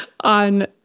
on